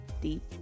deep